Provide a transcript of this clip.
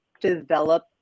develop